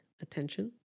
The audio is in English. attention